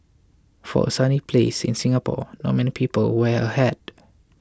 for a sunny place in Singapore not many people wear a hat